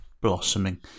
blossoming